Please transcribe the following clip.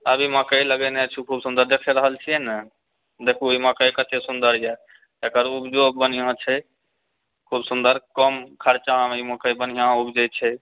अभी मकै लगेने छी खूब सुन्दर देख रहल छी न देखु ई मकै कतय सुन्दर यऽ एकर ऊपजो बढ़िआँ छै खूब सुन्दर कम खर्चामे ई मकै बढ़िआँ ऊपजैत छै